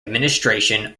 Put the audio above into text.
administration